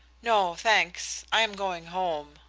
no thanks i am going home,